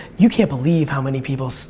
you can't believe how many people so